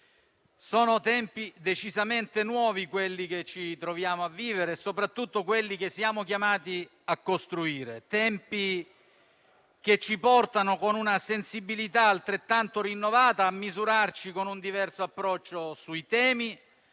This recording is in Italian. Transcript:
sono tempi decisamente nuovi quelli che ci troviamo a vivere e, soprattutto, quelli che siamo chiamati a costruire. Tempi che ci portano, con una sensibilità altrettanto rinnovata, a misurarci con un diverso approccio sui temi,